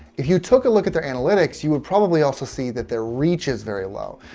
if you took a look at their analytics, you would probably also see that their reach is very low.